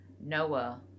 Noah